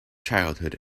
childhood